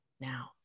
Now